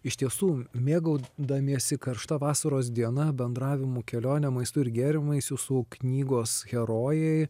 iš tiesų mėgaudamiesi karšta vasaros diena bendravimu kelione maistu ir gėrimais jūsų knygos herojai